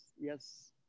yes